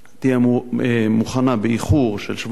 תהיה מוכנה באיחור של שבועיים,